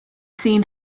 seen